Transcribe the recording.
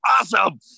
awesome